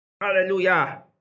Hallelujah